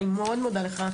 אני מאד מודה לך,